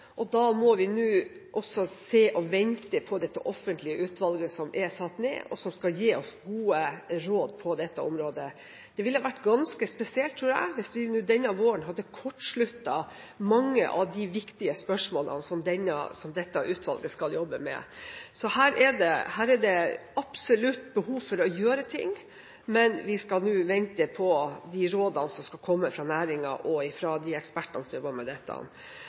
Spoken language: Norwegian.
Da må vi nå vente på dette offentlige utvalget som er satt ned, og som skal gi oss gode råd på dette området. Det ville være ganske spesielt, tror jeg, hvis vi nå denne våren hadde kortsluttet mange av de viktige spørsmålene som dette utvalget skal jobbe med. Her er det absolutt behov for å gjøre ting, men vi skal nå vente på de rådene som skal komme fra næringen, og fra de ekspertene som jobber med dette.